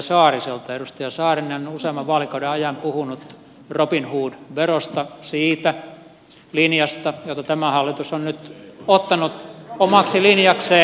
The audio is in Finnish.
edustaja saarinen on useamman vaalikauden ajan puhunut robinhood verosta siitä linjasta jota tämä hallitus on nyt ottanut omaksi linjakseen